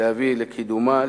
להביא לקידומה,